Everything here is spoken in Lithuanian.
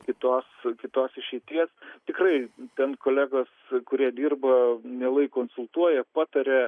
kitos kitos išeities tikrai bent kolegos kurie dirba mielai konsultuoja pataria